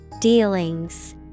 Dealings